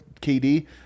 KD